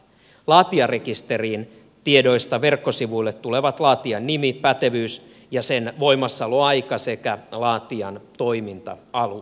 laatijarekisterin tiedoista verkkosivuille tulevat laatijan nimi pätevyys ja sen voimassaoloaika sekä laatijan toiminta alue